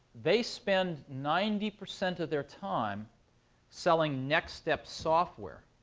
they spend ninety percent of their time selling nextstep software,